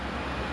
mmhmm